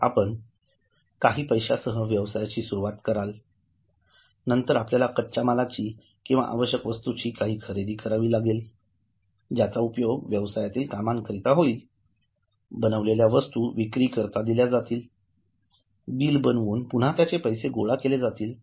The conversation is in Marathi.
तर आपण काही पैश्यासह व्यवसायाची सुरवात कराल नंतर आपल्याला कच्च्या मालाची किंवा आवश्यक वस्तूंची काही खरेदी करावी लागेल ज्याचा उपयोग व्यवसायातील कामांकरिता होईल बनविलेल्या वस्तू विक्री करिता दिल्या जातील बिल बनवून पुन्हा त्यांचे पैसे गोळा केले जातील